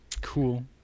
Cool